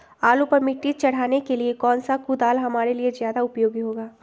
आलू पर मिट्टी चढ़ाने के लिए कौन सा कुदाल हमारे लिए ज्यादा उपयोगी होगा?